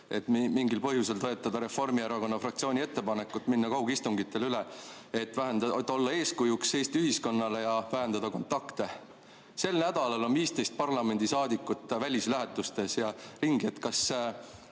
mingil põhjusel toetada Reformierakonna fraktsiooni ettepanekut minna üle kaugistungitele, et olla eeskujuks Eesti ühiskonnale ja vähendada kontakte. Sel nädalal on 15 parlamendisaadikut välislähetustes. Millist eeskuju